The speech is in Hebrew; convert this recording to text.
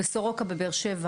בסורוקה בבאר שבע